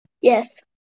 Yes